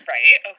Right